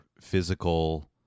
physical